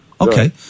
Okay